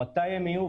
מתי הן יהיו,